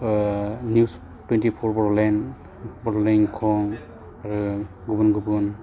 news twenty four Bodoland Bodoland इंखं आरो गुबुन गुबुन